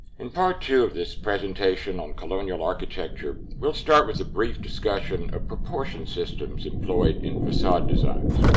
in part two of this presentation on colonial architecture, we'll start with a brief discussion of proportion systems employed in facade designs.